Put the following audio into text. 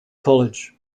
college